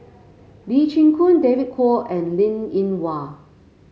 Lee Chin Koon David Kwo and Linn In Hua